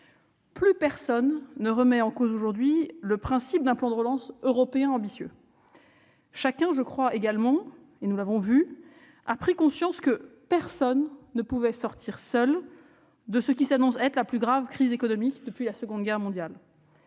Plus personne ne remet en cause aujourd'hui le principe d'un plan de relance européen ambitieux. Chacun a également pris conscience que personne ne pouvait sortir seul de ce qui s'annonce comme la plus grave crise économique depuis la Seconde Guerre mondiale.